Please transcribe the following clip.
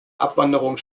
abwanderung